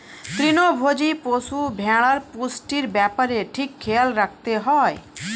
তৃণভোজী পশু, ভেড়ার পুষ্টির ব্যাপারে ঠিক খেয়াল রাখতে হয়